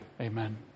Amen